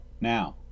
Now